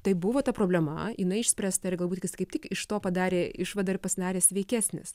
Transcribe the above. tai buvo ta problema jinai išspręsta ir galbūt jis kaip tik iš to padarė išvadą ir pasidarė sveikesnis